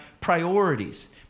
priorities